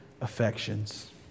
affections